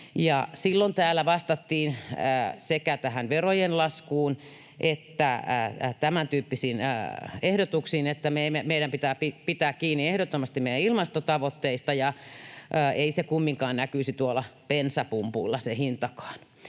Silloin täällä vastattiin sekä tähän verojen laskuun että tämäntyyppisiin ehdotuksiin, että meidän pitää ehdottomasti pitää kiinni meidän ilmastotavoitteista ja ei se hintakaan kumminkaan näkyisi tuolla bensapumpulla.